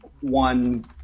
one